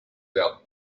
werden